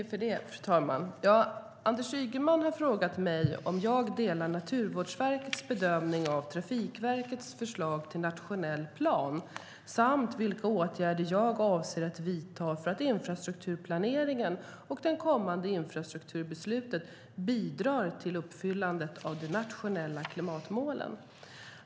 Fru talman! Anders Ygeman har frågat mig om jag delar Naturvårdsverkets bedömning av Trafikverkets förslag till nationell plan samt vilka åtgärder jag avser att vidta för att infrastrukturplaneringen och det kommande infrastrukturbeslutet bidrar till uppfyllandet av de nationella klimatmålen.